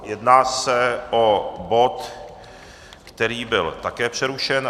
Jedná se o bod, který byl také přerušen.